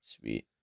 Sweet